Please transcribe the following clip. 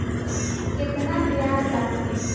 केतना ब्याज लागी?